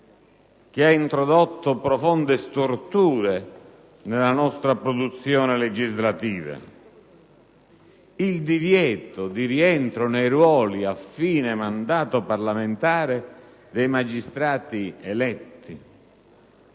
che ha introdotto profonde storture nella nostra produzione legislativa, nonché il divieto di rientro nei ruoli, alla fine del mandato parlamentare, dei magistrati eletti.